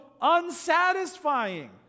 unsatisfying